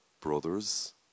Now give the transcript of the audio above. brothers